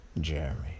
Jeremy